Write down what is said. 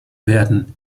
werden